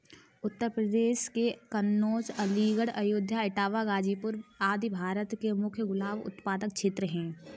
उत्तर प्रदेश के कन्नोज, अलीगढ़, अयोध्या, इटावा, गाजीपुर आदि भारत के मुख्य गुलाब उत्पादक क्षेत्र हैं